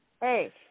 Hey